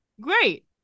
Great